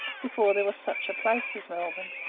before there was such a place as melbourne.